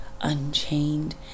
Unchained